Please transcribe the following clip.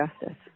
justice